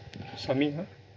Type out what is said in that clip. submit